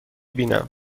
بینم